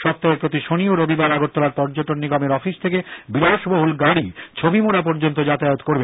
সপ্তাহের প্রতি শনি ও রবিবার আগরতলার পর্যটন নিগমের অফিস থেকে বিলাশবহুল গাড়ি ছবি মুড়া পর্যন্ত যাতায়াত করবে